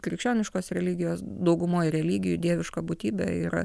krikščioniškos religijos daugumoj religijų dieviška būtybė yra